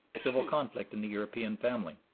civil conflict in the european family.